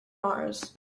mars